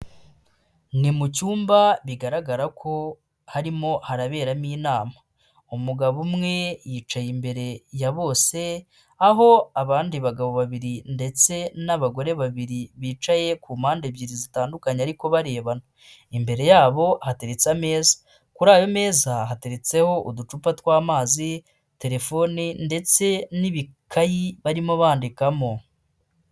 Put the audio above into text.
Ni mu cyumba bigaragara ko harimo haraberamo inama, umugabo umwe yicaye imbere ya bose aho abandi bagabo babiri ndetse n'abagore babiri bicaye ku mpande ebyiri zitandukanye ariko barebana, imbere yabo hateretse ameza, kuri ayo meza hateretseho uducupa tw'amazi telefoni ndetse n'ibikayi barimo bandikamo